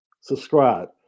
Subscribe